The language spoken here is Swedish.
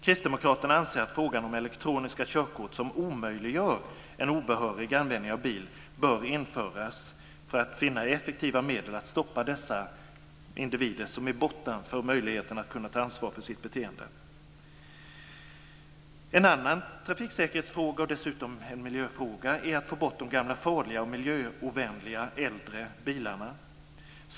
Kristdemokraterna anser att elektroniska körkort, som omöjliggör en obehörig användning av bil, bör införas för att finna effektiva medel att stoppa dessa individer som är bortom möjligheten att ta ansvar för sitt beteende. En annan trafiksäkerhetsfråga - det är dessutom en miljöfråga - gäller att få bort de gamla farliga och miljöovänliga äldre bilarna.